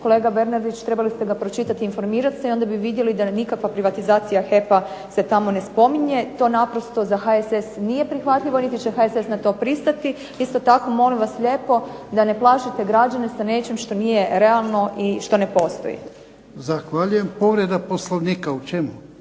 Kolega Bernardić, trebali ste ga pročitati i informirat se i onda bi vidjeli da nikakva privatizacija HEP-a se tamo ne spominje. To naprosto za HSS nije prihvatljivo niti će HSS na to pristati. Isto tako molim vas lijepo da ne plašite građane sa nečim što nije realno i što ne postoji. **Jarnjak, Ivan (HDZ)** Zahvaljujem. Povreda Poslovnika. U čemu?